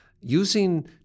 using